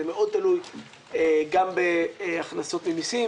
זה מאוד מאוד תלוי גם בהכנסות ממסים,